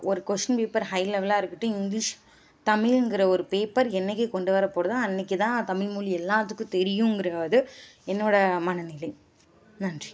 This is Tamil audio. ஒரு கொஷின் பேப்பர் ஹை லெவலாக இருக்கட்டும் இங்கிலீஷ் தமிழ்ங்கிற ஒரு பேப்பர் என்னைக்கு கொண்டு வரப்படுதோ அன்னைக்குதான் தமிழ்மொழி எல்லாத்துக்கும் தெரியுங்கிறது என்னோடய மனநிலை நன்றி